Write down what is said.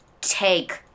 take